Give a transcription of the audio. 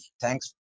Thanks